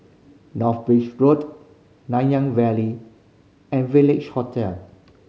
North Bridge Road Nanyang Valley and Village Hotel